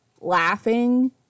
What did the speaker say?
laughing